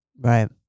Right